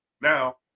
now